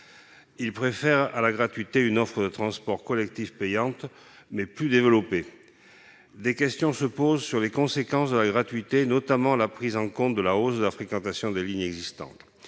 ils préfèrent à la gratuité une offre de transports collectifs payante, mais plus développée. Des questions se posent sur les conséquences de la gratuité, notamment sur la prise en compte de la hausse de la fréquentation des lignes existantes.